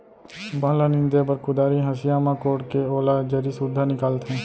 बन ल नींदे बर कुदारी, हँसिया म कोड़के ओला जरी सुद्धा निकालथें